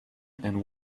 and